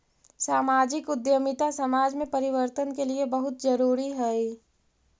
सामाजिक उद्यमिता समाज में परिवर्तन के लिए बहुत जरूरी हई